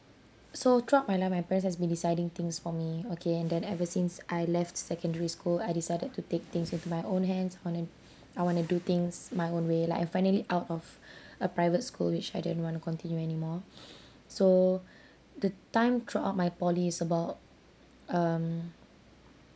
so throughout my life my parents has been deciding things for me okay and then ever since I left secondary school I decided to take things with my own hands on I want to I want to do things my own way like I'm finally out of a private school which I didn't want to continue anymore so the time throughout my poly is about um